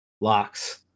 locks